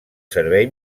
servei